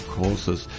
courses